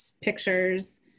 pictures